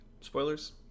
spoilers